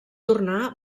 tornar